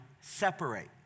separate